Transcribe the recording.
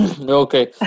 Okay